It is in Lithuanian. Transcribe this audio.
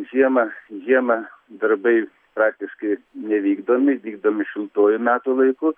žiemą žiemą darbai praktiškai nevykdomi vykdomi šiltuoju metų laiku